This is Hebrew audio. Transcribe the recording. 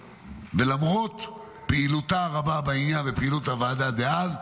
ולמרות פעילותה הרבה בעניין ופעילות הוועדה דאז,